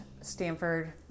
Stanford